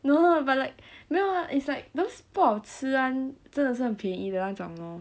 no but like 没有啊 it's like those 不好吃 one 真的是很便宜的那种 lor